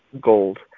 gold